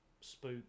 spook